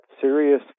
serious